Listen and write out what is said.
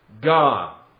God